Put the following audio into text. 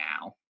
now